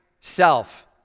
self